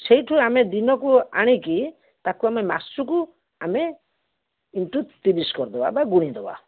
ସେଇଠୁ ଆମେ ଦିନ କୁ ଆଣିକି ତା'କୁ ଆମେ ମାସକୁ ଆମେ ଇନ୍ଟୁ ତିରିଶ କରିଦେବା ବା ଗୁଣିଦେବା